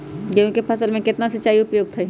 गेंहू के फसल में केतना सिंचाई उपयुक्त हाइ?